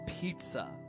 pizza